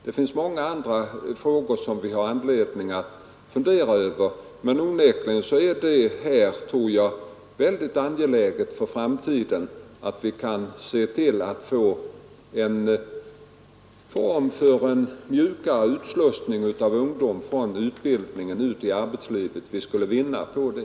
Det finns många andra frågor som vi har anledning att fundera över, men onekligen är det mycket angeläget för framtiden att se till att vi kan få en jämnare utslussning av ungdomen från utbildningen till arbetslivet. Vi skulle vinna på det.